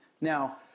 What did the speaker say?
Now